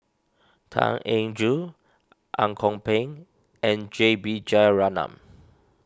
Tan Eng Joo Ang Kok Peng and J B Jeyaretnam